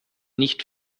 nicht